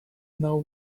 know